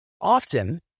Often